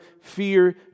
fear